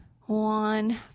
one